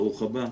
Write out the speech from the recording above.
ברוך הבא.